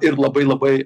ir labai labai